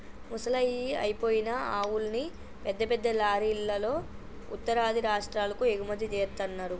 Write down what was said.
ముసలయ్యి అయిపోయిన ఆవుల్ని పెద్ద పెద్ద లారీలల్లో ఉత్తరాది రాష్టాలకు ఎగుమతి జేత్తన్నరు